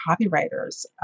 copywriters